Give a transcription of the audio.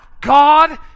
God